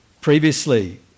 previously